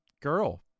girl